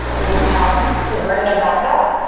inhale to bring it back up.